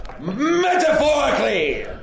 metaphorically